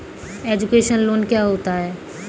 Education loan क्या होता है?